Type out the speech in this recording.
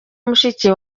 mushiki